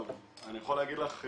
אני יכול להגיד לך,